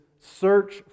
search